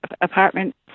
apartment